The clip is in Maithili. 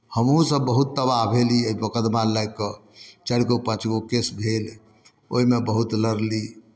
हमहूँसभ बहुत तबाह भेली एहि मोकदमा लए कऽ चारि गो पाँच गो केस भेल ओहिमे बहुत लड़ली